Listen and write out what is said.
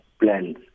plans